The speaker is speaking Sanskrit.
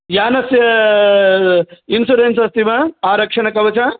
यानस्य इन्शुरेन्स् अस्ति वा आरक्षणकवचम्